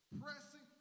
pressing